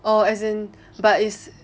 orh as in but is